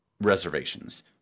reservations